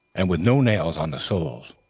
and with no nails on the soles.